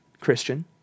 Christian